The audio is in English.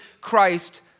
Christ